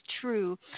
true